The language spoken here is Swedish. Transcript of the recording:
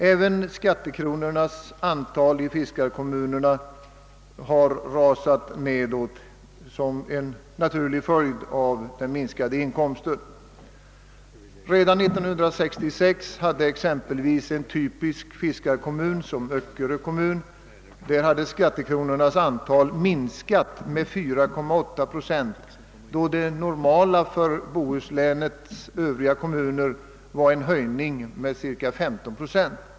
Även skattekronornas antal i fiskarkommunerna har rasat nedåt som en naturlig följd av den minskade inkomsten. Redan 1966 hade exempelvis i en typisk fiskarkommun som Öckerö skattekronornas antal minskat med 4,8 procent, medan det normala för Bohusläns övriga kommuner var en höjning med cirka 15 procent.